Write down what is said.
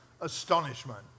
astonishment